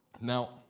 Now